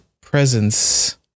presence